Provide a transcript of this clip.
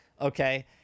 okay